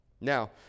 Now